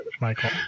Michael